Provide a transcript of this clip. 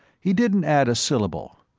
he didn't add a syllable.